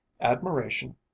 admiration